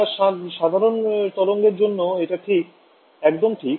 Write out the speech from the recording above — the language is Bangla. একটা সাধারন তরঙ্গের জন্য এটা ঠিক একদম ঠিক